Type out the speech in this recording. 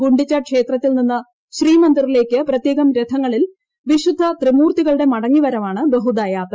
ഗുണ്ടിച്ച ക്ഷേത്രത്തിൽ നിന്ന് ശ്രീമന്ദിറിലേക്ക് പ്രത്യേകം രഥങ്ങളിൽ വിശുദ്ധ ത്രിമൂർത്തികളുടെ മടങ്ങി വരവാണ് ബഹുദ യാത്ര